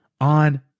on